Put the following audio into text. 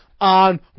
on